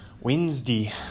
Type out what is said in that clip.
Wednesday